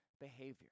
behavior